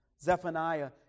Zephaniah